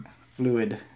Fluid